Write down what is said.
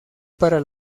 para